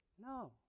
no